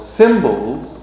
symbols